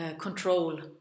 control